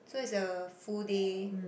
so is a full day